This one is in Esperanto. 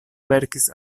verkis